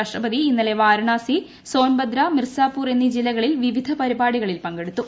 രാഷ്ട്രപതി ഇന്നലെ വാരാണസി സോൻഭദ്ര മിർസാപൂർ എന്നീ ജില്ലകളിൽ വിവിധ പരിപാടികളിൽ പങ്കെടുത്തു